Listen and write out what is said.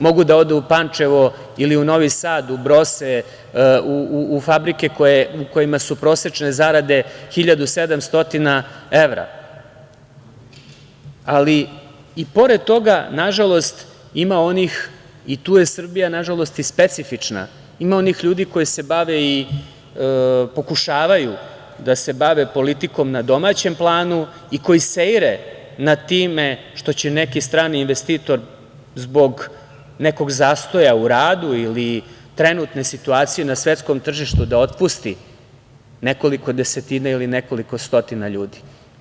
Mogu da odu u Pančevo ili u Novi Sad u „Brose“, u fabrike u kojima su prosečne zarade 1.700 evra, ali i pored toga nažalost ima onih i tu je Srbija, nažalost i specifična, ima onih ljudi koji se bave i pokušavaju da se bave politikom na domaćem planu i koji seire nad time što će neki strani investitor zbog nekog zastoja u radu ili trenutne situacije na svetskom tržištu da otpusti nekoliko desetina ili nekoliko stotina ljudi.